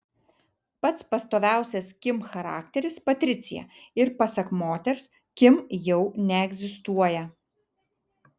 pats pastoviausias kim charakteris patricija ir pasak moters kim jau neegzistuoja